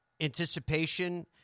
anticipation